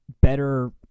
better